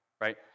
Right